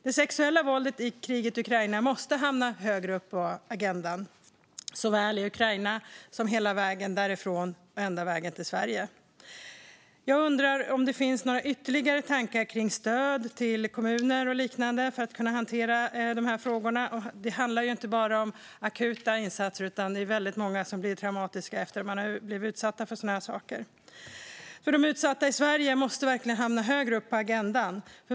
Det sexuella våldet i krigets Ukraina måste hamna högre upp på agendan såväl i Ukraina som hela vägen därifrån till Sverige. Jag undrar om det finns några ytterligare tankar om stöd till kommuner och så vidare för att hantera frågorna. Det handlar inte bara om akuta insatser, utan det är många som blir traumatiserade efter att ha blivit utsatta för sådant. De utsatta i Sverige måste verkligen hamna högre upp på agendan.